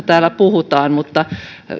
täällä eduskunnassa puhutaan mutta